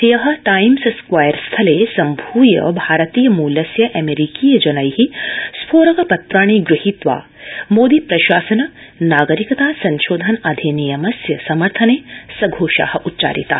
हय Times Square स्थले सम्भूय भारतीय मूलस्य अमेरिकीय जनै स्फोरक पत्राणि गृहीत्वा मोदी प्रशासन नागरिकता संशोधन अधिनियमस्य समर्थने सघोषा उच्चारिता